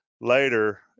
later